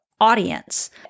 audience